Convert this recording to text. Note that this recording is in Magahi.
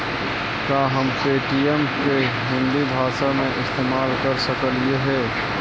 का हम पे.टी.एम के हिन्दी भाषा में इस्तेमाल कर सकलियई हे?